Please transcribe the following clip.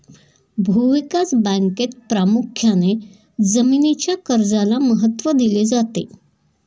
भूविकास बँकेत प्रामुख्याने जमीनीच्या कर्जाला महत्त्व दिले जाते